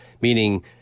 meaning